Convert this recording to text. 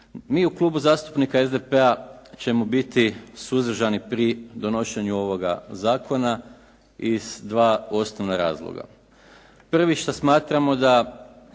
Mi u Klubu zastupnika SDP-a ćemo biti suzdržani pri donošenju ovoga zakona iz dva osnovna razloga. Prvi šta smatramo da